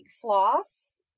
floss